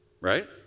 right